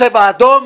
צבע אדום,